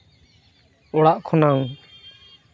ᱚᱲᱟᱜ ᱠᱷᱚᱱᱟᱝ